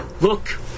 Look